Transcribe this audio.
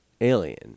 Alien